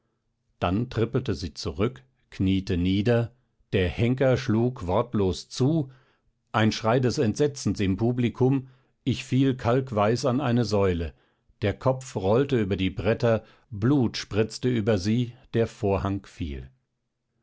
dann trippelte sie zurück kniete nieder der henker schlug wortlos zu ein schrei des entsetzens im publikum ich fiel kalkweiß an eine säule der kopf rollte über die bretter blut spritzte über sie der vorhang fiel